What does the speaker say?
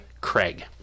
Craig